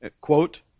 Quote